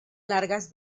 largas